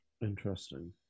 Interesting